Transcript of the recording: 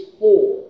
four